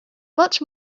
much